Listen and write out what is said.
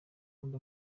kandi